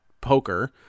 poker